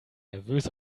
nervös